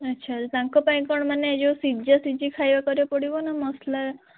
ଆଚ୍ଛା ତାଙ୍କ ପାଇଁ କ'ଣ ମାନେ ଯେଉଁ ସିଝାସିଝି ଖାଇବା କରିବାକୁ ପଡ଼ିବ ନା ମସଲା